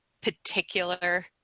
particular